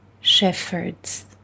shepherds